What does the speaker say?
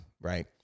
right